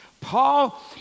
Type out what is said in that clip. Paul